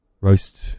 roast